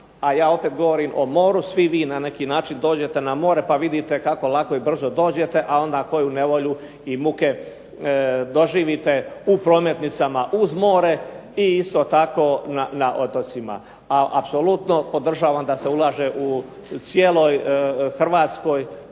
a ja opet govorim o moru, svi vi na neki način dođete na more pa vidite kako lako i brzo dođete, a onda koju nevolju i muke doživite u prometnicama uz more i isto tako na otocima. Apsolutno podržavam da se ulaže u cijeloj Hrvatskoj